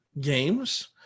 games